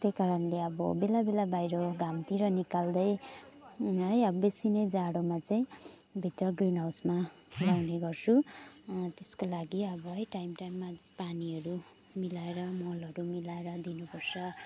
त्यही कारणले अब बेला बेला बाहिर घामतिर निकाल्दै है अब बेसी नै जाडोमा चाहिँ भित्र ग्रिन हाउसमा लगाउने गर्छु त्यसको लागि अब है टाइम टाइममा पानीहरू मिलाएर मलहरू मिलाएर दिनुपर्छ